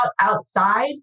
outside